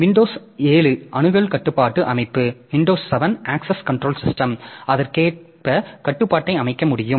Windows 7 அணுகல் கட்டுப்பாட்டு அமைப்பு அதற்கேற்ப கட்டுப்பாட்டை அமைக்க முடியும்